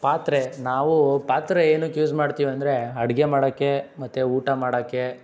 ಪಾತ್ರೆ ನಾವು ಪಾತ್ರೆ ಏನಕ್ಕೆ ಯೂಸ್ ಮಾಡ್ತೀವಿ ಅಂದರೆ ಅಡುಗೆ ಮಾಡಕ್ಕೆ ಮತ್ತು ಊಟ ಮಾಡಕ್ಕೆ